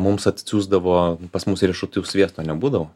mums atsiųsdavo pas mus riešutų sviesto nebūdavo